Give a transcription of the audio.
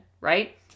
right